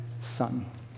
Son